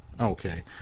Okay